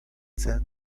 cent